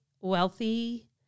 wealthy